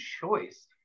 choice